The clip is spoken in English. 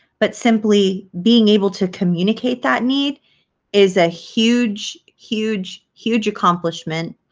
but simply being able to communicate that need is a huge, huge, huge accomplishment